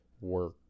work